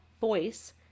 voice